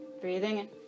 Breathing